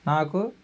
నాకు